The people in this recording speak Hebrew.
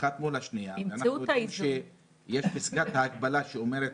אחת מול השנייה, כשיש פסקת ההגבלה שאומרת